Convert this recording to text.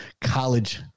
college